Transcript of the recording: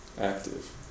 active